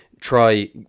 try